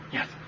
Yes